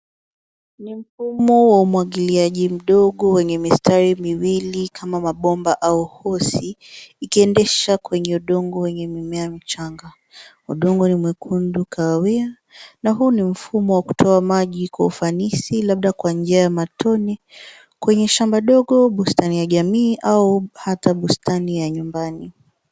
Ni mfumo wa umwagiliaji mdogo wenye mistari miwili kama mabomba au hosi, ikiendesha kwenye udongo wenye mimea michanga. Udongo ni mwekundu kahawia, na huu ni mfumo wa kutoa maji kwa ufanisi, labda kwa njia ya matone, kwenye shamba ndogo, bustani ya jamii au hata bustani ya nyumbani.